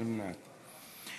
נמנעתם.